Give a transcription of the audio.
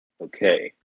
Okay